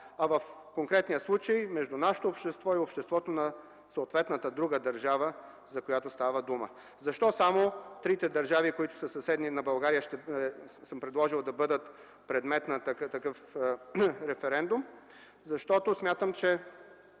а в конкретния случай – между нашето общество и обществото на съответната друга държава, за която става дума. Защо само трите държави, съседни на България, съм предложил да бъдат предмет на такъв референдум? Защото смятам, че